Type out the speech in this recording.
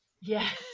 Yes